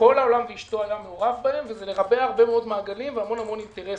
שכל העולם היה מעורב בהם, אחרי המון אינטרסים.